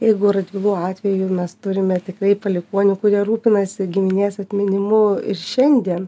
jeigu radvilų atveju mes turime tikrai palikuonių kurie rūpinasi giminės atminimu ir šiandien